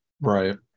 right